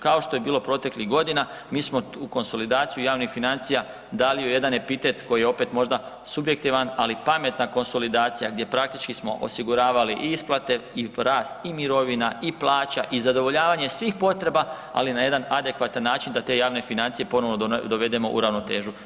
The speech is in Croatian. Kao što je bilo proteklih godina mi smo u konsolidaciju javnih financija dali joj jedan epitet koji je opet možda subjektivan, ali pametna konsolidacija gdje praktički smo osiguravali i isplate i rast i mirovina i plaća i zadovoljavanje svih potreba, ali na jedan adekvatan način da te javne financije ponovo dovedemo u ravnotežu.